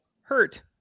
hurt